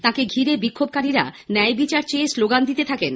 তাঁকে ঘিরে বিক্ষোভকারীরা ন্যায় বিচার চেয়ে শ্লোগান দিতে থাকেন